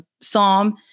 psalm